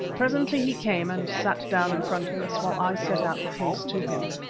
presently he came and sat down in front of us, while i set out the case to him.